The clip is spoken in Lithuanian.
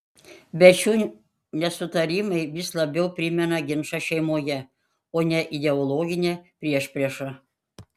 bet šių nesutarimai vis labiau primena ginčą šeimoje o ne ideologinę priešpriešą